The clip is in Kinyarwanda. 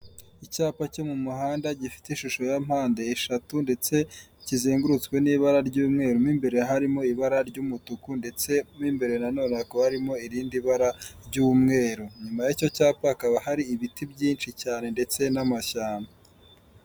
Icyapa cyo mu muhanda gifite ishusho y'ampande eshatu ndetse kizengurutswe n'ibara ry'umweru mu imbere harimo ibara ry'umutuku ndetse mu imbere na none hakaba harimo irindi bara ry'umweru, inyuma y'icyo cyapa hakaba hari ibiti byinshi cyane ndetse n'amashyamba.